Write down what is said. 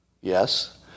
Yes